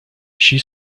she